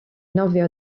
nofio